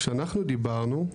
כשאנחנו דיברנו,